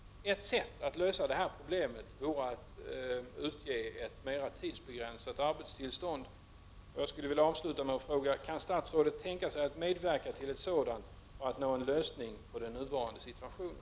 Ett sätt att lösa det här problemet vore att utge ett mer tidsbegränsat ar 13